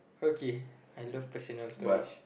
okay I love pressing out stories